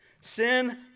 Sin